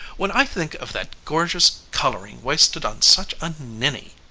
when i think of that gorgeous coloring wasted on such a ninny,